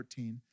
14